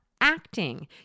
acting